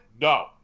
No